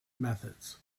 methods